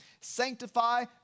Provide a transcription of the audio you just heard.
sanctify